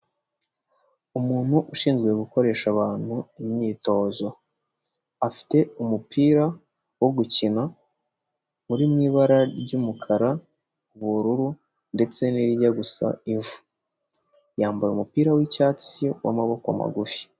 Umuntu ushinzwe gukoresha abantu imyitozo afite umupira wo gukina uri mu ibara ry'umukara ubururu ndetse n'ijya gusa ivu yambaye umupira w'icyatsi w'amaboko magufi.